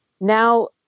now